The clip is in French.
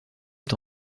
est